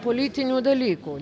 politinių dalykų